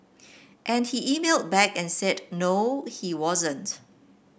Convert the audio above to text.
and he emailed back and said no he wasn't